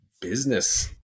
business